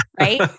Right